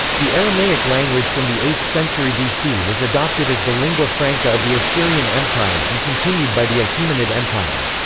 the aramaic language from the eighth century bc was adopted as the lingua franca of the assyrian empire and continued by the achaemenid empire.